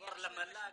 --- וכשעבר למל"ג,